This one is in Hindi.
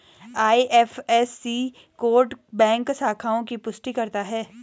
आई.एफ.एस.सी कोड बैंक शाखाओं की पुष्टि करता है